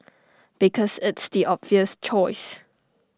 because it's the obvious choice